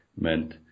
meant